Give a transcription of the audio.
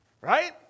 Right